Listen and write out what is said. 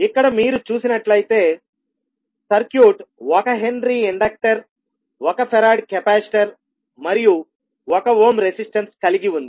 ఇక్కడ మీరు చూసినట్లయితే సర్క్యూట్ ఒక హెన్రీ ఇండక్టర్ ఒక ఫరాడ్ కెపాసిటర్ మరియు ఒక ఓమ్ రెసిస్టన్స్ కలిగి ఉంది